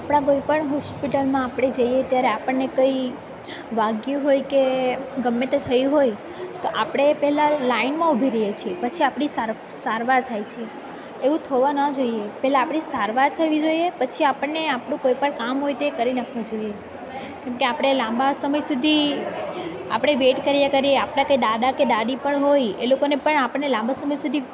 આપણા કોઈપણ હોસ્પિટલમાં આપણે જઈએ ત્યારે આપણને કંઈ વાગ્યું હોય કે ગમે તે થયું હોય તો આપણે એ પહેલાં લાઇનમાં ઊભી રહીએ છે પછી આપણી સાર સારવાર થાય છે એવું થવા ન જોઈએ પહેલાં આપણી સારવાર થવી જોઈએ પછી આપણને આપણું કોઈપણ કામ હોય તે કરી નાખવું જોઈએ કેમકે આપણે લાંબા સમય સુધી આપણે વેટ કર્યા કરીએ આપણા કે દાદા કે દાદી પણ હોય એ લોકોને પણ આપણને લાંબા સમય સુધી